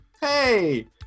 hey